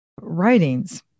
writings